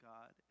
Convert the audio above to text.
God